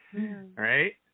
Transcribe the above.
Right